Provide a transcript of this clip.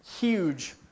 huge